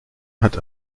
hat